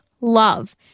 love